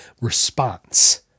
response